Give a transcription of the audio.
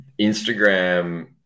Instagram